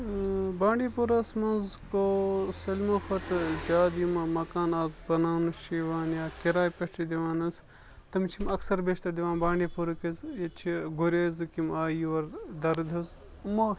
بانڈی پورَس منٛز گوٚو سٲلمو کھۄتہٕ زیادٕ یِم مَکانہٕ آز بَناونہٕ چھِ یِوان یا کِرایہِ پٮ۪ٹھ چھِ دِوان حظ تِم چھِ یِم اَکثَر بیشتَر دِوان بانڈی پورک حظ ییٚتہِ چھِ گُریزٕکۍ یِم آیہِ یور دَرٕد حظ یِمو